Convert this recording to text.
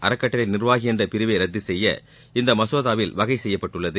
அறக்கட்டளை நிர்வாகி என்ற பிரிவை ரத்து செய்ய இந்த மசோதாவில் வகைசெய்யப்பட்டுள்ளது